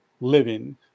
living